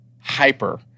hyper